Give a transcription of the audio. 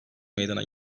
meydana